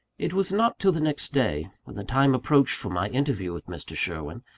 it was not till the next day, when the time approached for my interview with mr. sherwin,